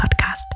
podcast